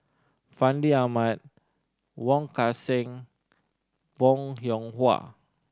Fandi Ahmad Wong Kan Seng Bong Hiong Hwa